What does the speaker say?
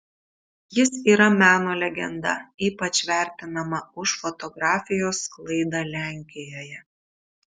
jis yra meno legenda ypač vertinama už fotografijos sklaidą lenkijoje